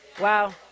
Wow